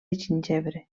gingebre